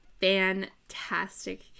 fantastic